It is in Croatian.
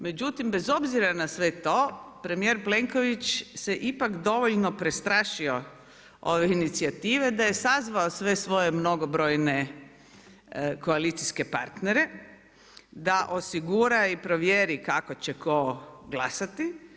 Međutim, bez obzira na sve to, premjer Plenković se ipak dovoljno prestravio ove inicijative, da je sazvao sve svoje mnogobrojne koalicijske partnere, da osigura i provjeri kako će tko glasati.